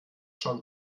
schon